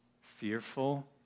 fearful